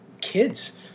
kids